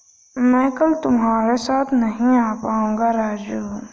मैं कल तुम्हारे साथ नहीं आ पाऊंगा राजू